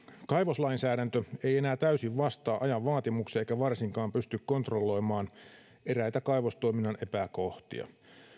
kaivoslainsäädäntö ei enää täysin vastaa ajan vaatimuksia eikä varsinkaan pysty kontrolloimaan eräitä kaivostoiminnan epäkohtia